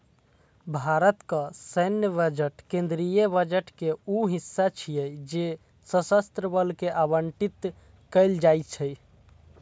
भारतक सैन्य बजट केंद्रीय बजट के ऊ हिस्सा छियै जे सशस्त्र बल कें आवंटित कैल जाइ छै